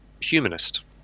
humanist